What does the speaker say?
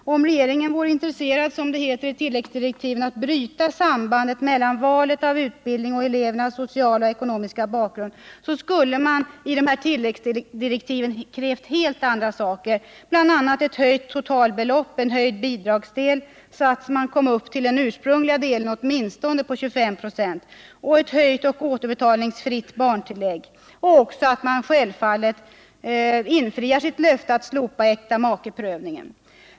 Om regeringen vore intresserad av att, som det heter i tilläggsdirektiven, ”bryta sambandet mellan valet av utbildning och elevernas sociala och ekonomiska bakgrund”, skulle den i dessa tilläggsdirektiv ha krävt helt andra saker, bl.a. ett höjt totalbelopp och en höjd bidragsdel, så att de studerande kom upp till åtminstone den ursprungliga delen på 25 96, samt ett höjt och återbetalningsfritt barntillägg. Dessutom borde regeringen självfallet infria sitt löfte om att slopa äktamakeprövningen.